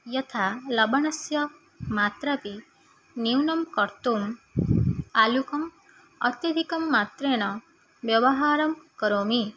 यथा लवणस्य मात्रापि न्यूनं कर्तुम् आलुकं अत्यधिकं मात्रेण व्यवहारं करोमि